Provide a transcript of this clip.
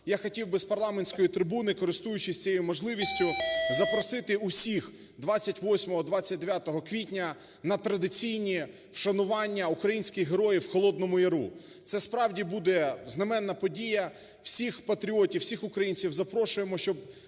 я хотів би з парламентської трибуни, користуючись цією можливістю, запросити усіх 28-29 квітня на традиційні вшанування українських героїв в Холодному яру. Це справді буде знаменна подія, всіх патріотів, всіх українців запрошуємо, щоб